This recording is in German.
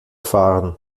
fahren